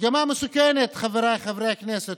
מגמה מסוכנת, חבריי חברי הכנסת.